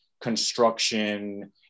construction